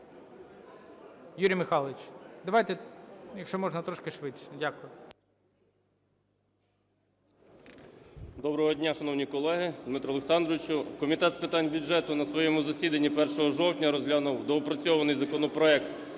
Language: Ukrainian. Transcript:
Юрій Михайлович, давайте, якщо можна, трошки швидше. Дякую. 17:08:37 КУЗБИТ Ю.М. Доброго дня, шановні колеги, Дмитре Олександровичу! Комітет з питань бюджету на своєму засіданні 1 жовтня розглянув доопрацьований законопроект